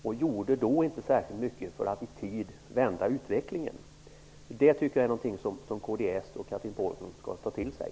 De gjorde inte särskilt mycket för att i tid vända utvecklingen. Detta tycker jag är något som kds och Cathrine Pålsson skall ta till sig.